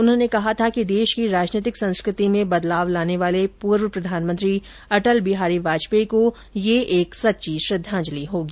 उन्होंने कहा था कि देश की राजनीतिक संस्कृति में बदलाव लाने वाले पूर्व प्रधानमंत्री अटल बिहारी वाजपेयी को ये एक सच्ची श्रद्धांजलि होगी